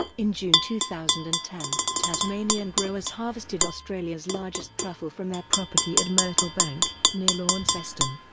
in june two thousand and ten, tasmanian growers harvested australia's largest truffle from their property at myrtle bank, near launceston.